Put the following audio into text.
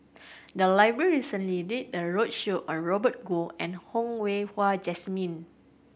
the library recently did a roadshow on Robert Goh and Hong Way Hua Jesmine